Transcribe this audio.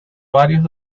varios